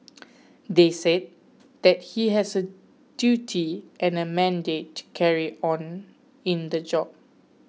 they said that he has a duty and a mandate carry on in the job